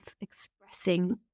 expressing